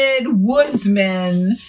woodsman